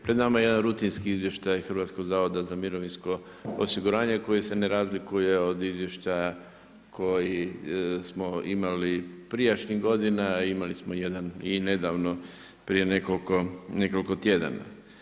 Pred nama je jedan rutinski izvještaj Hrvatskog zavoda za mirovinsko osiguranje koji se ne razlikuje od izvješća koji smo imali prijašnjih godina a imali smo jedan i nedavno prije nekoliko tjedana.